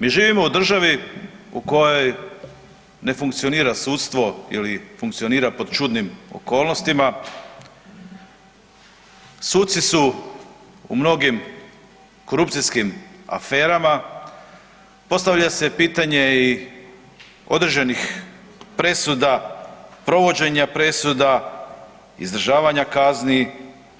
Mi živimo u državi u kojoj ne funkcionira sudstvo ili funkcionira pod čudnim okolnostima, suci su u mnogim korupcijskim aferama, postavlja se pitanje i određenih presuda, provođenja presuda, izdržavanja kazni,